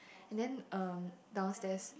and then um downstairs